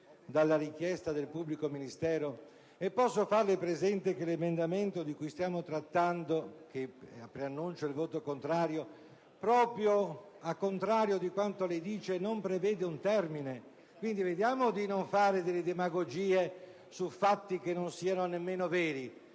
dalla richiesta del pubblico ministero? Posso anche farle presente che l'emendamento 1.213, di cui stiamo trattando ed al quale preannuncio il voto contrario, diversamente da quanto lei dice, non prevede un termine? Quindi, vediamo di non fare demagogia su fatti che non sono nemmeno veri.